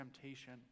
temptation